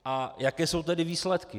A jaké jsou tedy výsledky?